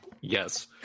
Yes